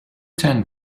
ten